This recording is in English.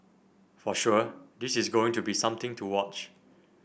for sure this is going to be something to watch